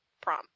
prom